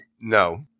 No